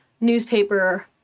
newspaper